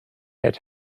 had